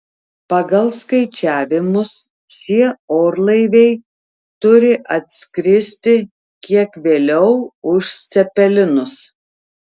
pagal skaičiavimus šie orlaiviai turi atskristi kiek vėliau už cepelinus